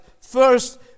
First